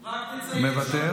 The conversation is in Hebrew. מוותר.